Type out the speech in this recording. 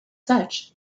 such